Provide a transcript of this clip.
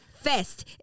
Fest